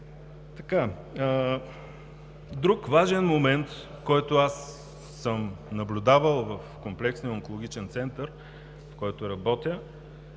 Друг важен момент, който аз съм наблюдавал в Комплексния онкологичен център, в който работя,